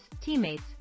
teammates